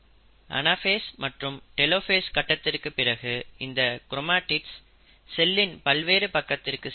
anaphase மற்றும் telophase கட்டத்திற்குப் பிறகு இந்த கிரோமடிட்ஸ் செல்லின் பல்வேறு பக்கத்திற்கு சென்று இருக்கும்